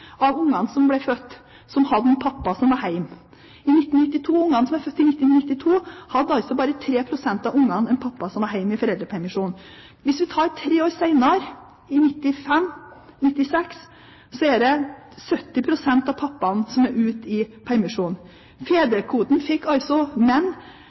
av ungene som ble født, som hadde en pappa som var hjemme. Av de ungene som er født i 1992, hadde altså bare 3 pst. en pappa som var hjemme i foreldrepermisjon. Tre år senere – i 1995, 1996 – var det 70 pst. av pappaene som var ute i permisjon. Fedrekvoten fikk altså menn